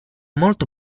molto